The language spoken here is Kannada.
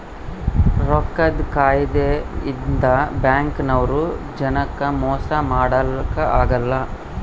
ರೊಕ್ಕದ್ ಕಾಯಿದೆ ಇಂದ ಬ್ಯಾಂಕ್ ನವ್ರು ಜನಕ್ ಮೊಸ ಮಾಡಕ ಅಗಲ್ಲ